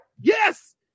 Yes